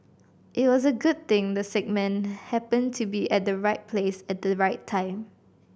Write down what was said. it was a good thing the sick man happened to be at the right place at the right time